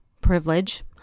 privilege